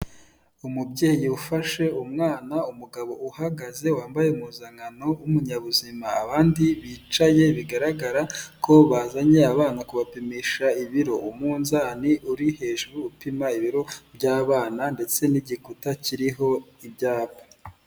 Umubyeyi ufashe umwana, umugabo uhagaze wambaye impuzankano w'umunyabuzima, abandi bicaye bigaragara ko bazanye abana kubapimisha ibiro, umunzani uri hejuru upima ibiro by'abana ndetse n'igikuta kiriho ibyapa.